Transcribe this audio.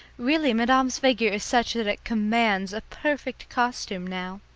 really, madame's figure is such that it commands a perfect costume now.